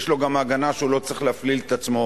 יש לו גם הגנה שהוא לא צריך להפליל את עצמו